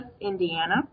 Indiana